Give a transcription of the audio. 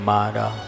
Mara